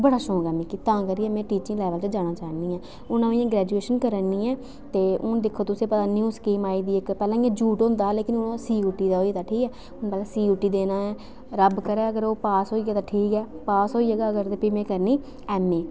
बड़ा शौक ऐ मिक्की तां करियै में टीचिंग लाईन च जाना चाह्न्नी आं हून इ'यां में ग्रैजुएशन करा नी आं ते हून दिक्खो तु'सेंई पता इक न्यू स्कीम आई दी ऐ इक पैह्ले इ'यां जूट होंदा हा लेकिन हून सी यू टी दा होई दा ऐ हून पैह्ले सी यू टी देना ऐ रब्ब करै अगर ओह् पास होई आ ते ठीक ऐ पास होइया अगर ते प्ही में करनी ऐ ऐम्मे ए